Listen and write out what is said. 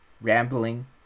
rambling